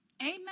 Amen